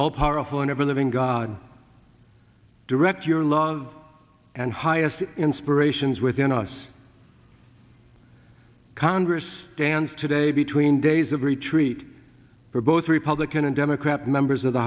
all powerful and ever living god direct your love and highest inspirations within us congress stands today between days of retreat for both republican and democrat members of the